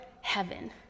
heaven